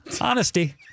Honesty